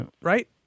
right